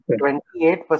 28%